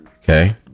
Okay